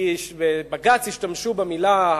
כי בבג"ץ השתמשו במלה המידתית,